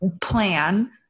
plan